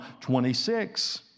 26